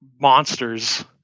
monsters